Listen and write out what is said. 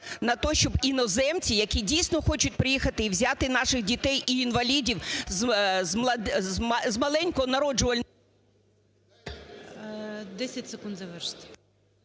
на те, щоб іноземці, які дійсно хочуть приїхати і взяти наших дітей і інвалідів з маленького… ГОЛОВУЮЧИЙ. 10 секунд завершити.